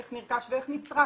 איך נרכש ואיך נצרך.